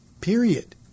period